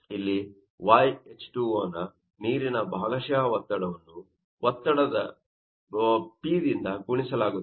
ಇಲ್ಲಿ yH2O ನ ನೀರಿನ ಭಾಗಶಃ ಒತ್ತಡವನ್ನು ಒತ್ತಡ P ದಿಂದ ಗುಣಿಸಲಾಗುತ್ತದೆ